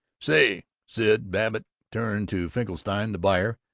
say, sid, babbitt turned to finkelstein, the buyer,